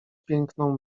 piękną